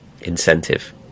incentive